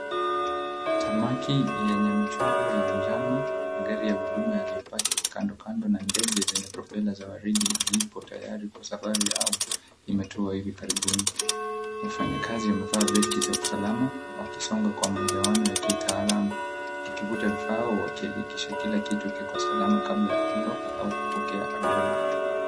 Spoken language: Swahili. Tamaki yenye michoro ya njano, magari ya huduma yaliyopaki kandokando na ndege zenye propela za waridi zipo tayari kwa safari au imetua hivi karibuni. Wafanyakazi wamevaa vesti za usalama wakisonga kwa maelewano ya kitaalamu, wakivuta vifaa wakihakikisha kila kitu kiko salama kabla ya kuondoka au kupokea abiria.